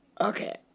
Okay